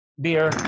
beer